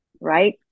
Right